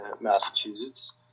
Massachusetts